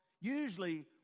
usually